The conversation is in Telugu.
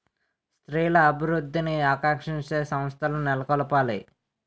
స్త్రీల అభివృద్ధిని ఆకాంక్షించే సంస్థలు నెలకొల్పారు